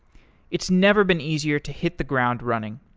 it's never been easier to hit the ground running.